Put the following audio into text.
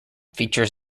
features